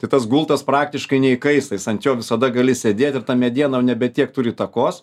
tai tas gultas praktiškai neįkaista jis ant jo visada gali sėdėt ir ta mediena jau nebe tiek turi įtakos